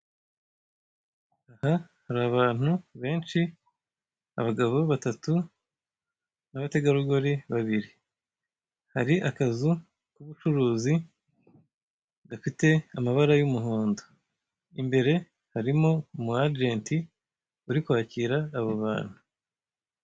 Aha hari abantu benshi, abagabo batatu n'abategarugori babiri, hari akazu k'ubucuruzi gafite amabara y'umuhondo, imbere harimo umu ajenti uri kwakira abo bantu.